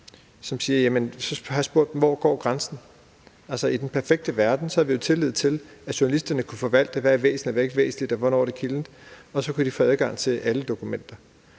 journalister, og jeg har spurgt dem om, hvor grænsen går. I den perfekte verden har vi jo tillid til, at journalisterne kan forvalte, hvad der er væsentligt, og hvad der ikke er væsentligt, og hvornår det er kildent, og så kunne de få adgang til alle dokumenter.